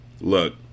Look